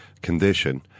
condition